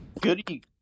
Goody